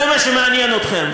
זה מה שמעניין אתכם.